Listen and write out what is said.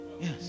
Yes